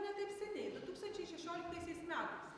ne taip seniai du tūkstančiai šešioliktaisiais metais